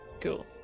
Cool